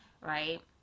right